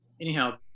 Anyhow